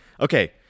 Okay